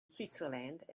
switzerland